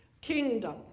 kingdom